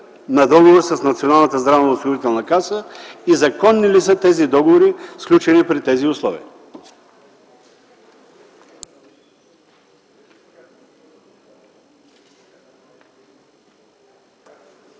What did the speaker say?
на договор с НЗОК? Законни ли са договорите, сключени при тези условия?